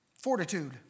fortitude